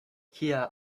kia